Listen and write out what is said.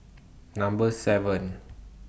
Number seven